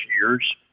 years